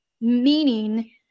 meaning